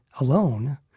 alone